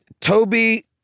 Toby